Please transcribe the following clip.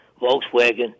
Volkswagen